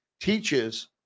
teaches